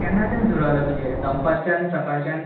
केन्नाच्यान सुरू जाला तुजे हे दनपारच्यान सकाळच्यान